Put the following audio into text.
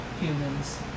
humans